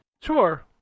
Sure